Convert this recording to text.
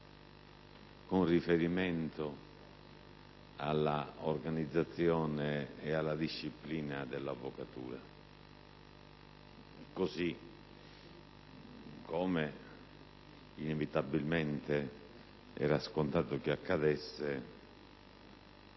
con riferimento all'organizzazione e alla disciplina dell'avvocatura. Così come era inevitabilmente scontato che accadesse